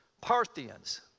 Parthians